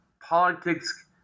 politics